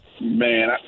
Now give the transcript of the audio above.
man